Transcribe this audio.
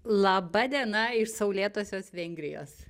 laba diena iš saulėtosios vengrijos